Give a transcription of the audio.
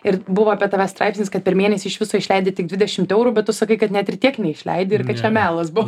ir buvo apie tave straipsnis kad per mėnesį iš viso išleidi tik dvidešimt eurų bet tu sakai kad net ir tiek neišleidi ir kad čia melas buvo